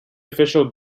official